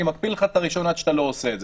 אני מקפיא לך את הרישיון עד שאתה לא עושה את זה.